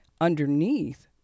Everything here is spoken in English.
underneath